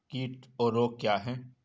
कीट और रोग क्या हैं?